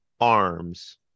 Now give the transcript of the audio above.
arms